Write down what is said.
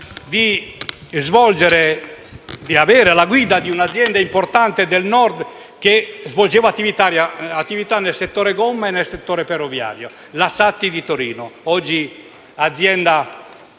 di avere la guida di un'azienda importante del Nord, che svolgeva attività nel settore delle gomme e ferroviario, la SATTI di Torino, oggi azienda